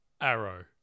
arrow